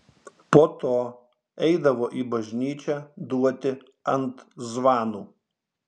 po to eidavo į bažnyčią duoti ant zvanų